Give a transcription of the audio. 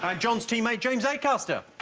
ah john's teammate james ah acaster